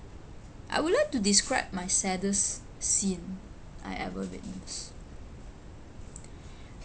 I would like to describe my saddest scene I ever witnessed